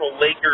Lakers